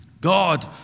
God